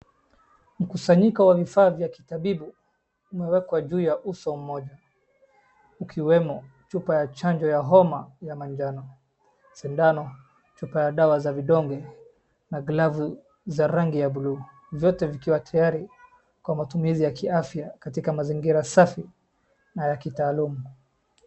Mkusanyiko wa vifaa vya kitabibu, vimewekwa juu ya uso mmoja ikiwemo Chupa ya chanjo ya homa ya manjano, sindano, chupa ya dawa za vidonge, na glavu za rangi ya buluu, zote zikiwa tayari kwa matumizi ya kiafya katika mazingira safi na ya kitaalum.